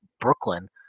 Brooklyn